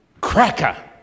cracker